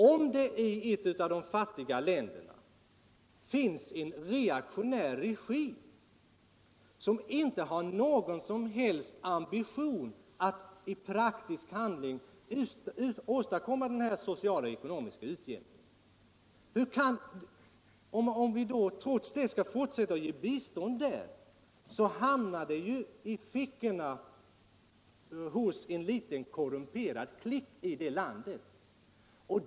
Om det i de fattiga länderna finns reaktionära regimer, som inte har någon som helst ambition att i praktisk handling åstadkomma social och ekonomisk utjämning, och vi trots dewua fortsätter att ge bistånd. så hamnar det ju i fickorna på en liten korrumperad klick i det aktuella landet.